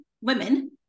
women